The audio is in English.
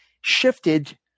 shifted